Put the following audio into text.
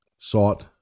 sought